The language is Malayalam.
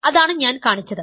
അതാണ് ഞാൻ കാണിച്ചത്